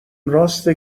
راسته